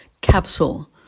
capsule